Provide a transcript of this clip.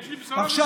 יש לי בשורה בשבילך,